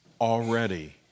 already